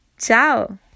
Ciao